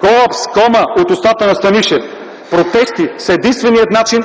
Колапс, кома - от устата на Станишев, протести са единствения начин